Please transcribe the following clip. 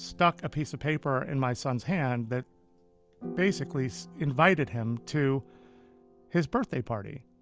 stuck a piece of paper in my son's hand that basically invited him to his birthday party.